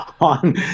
on